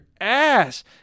ass